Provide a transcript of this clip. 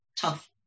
tough